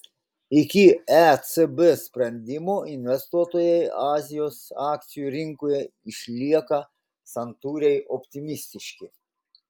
iki ecb sprendimo investuotojai azijos akcijų rinkoje išlieka santūriai optimistiški